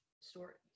stories